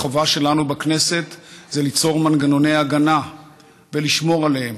החובה שלנו בכנסת היא ליצור מנגנוני הגנה ולשמור עליהם.